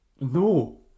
no